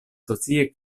socie